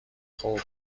خوب